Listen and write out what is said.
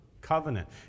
Covenant